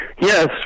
Yes